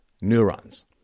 neurons